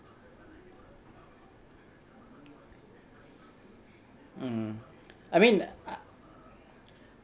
mm I mean I